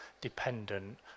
dependent